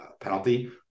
penalty